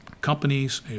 companies